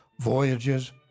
voyages